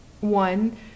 One